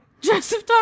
joseph